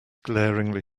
glaringly